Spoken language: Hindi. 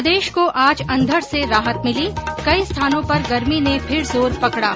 प्रदेश को आज अंधड़ से राहत मिली कई स्थानो पर गर्मी ने फिर जोर पकडा